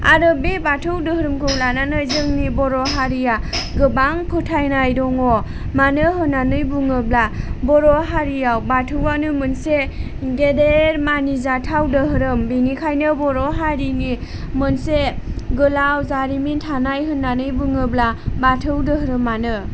आरो बे बाथौ धोरोमखौ लानानै जोंनि बर' हारिया गोबां फोथायनाय दङ मानो होननानै बुङोब्ला बर' हारियाव बाथौआनो मोनसे गेदेर मानिजाथाव धोरोम बेनिखायनो बर' हारिनि मोनसे गोलाव जारिमिन थानाय होननानै बुङोब्ला बाथौ धोरोमानो